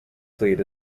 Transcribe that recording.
fleet